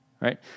right